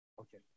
okay